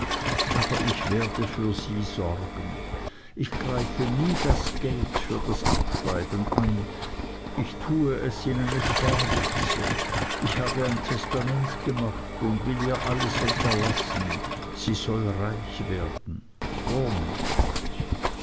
aber ich werde für sie sorgen ich greife nie das geld für das abschreiben an ich tue es in eine sparbüchse ich habe ein testament gemacht und will ihr alles hinterlassen sie soll reich werden vornehm